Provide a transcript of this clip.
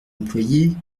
employée